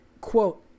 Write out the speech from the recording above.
quote